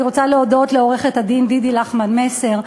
אני רוצה להודות לעורכת-הדין דידי לחמן-מסר,